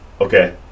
Okay